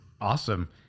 Awesome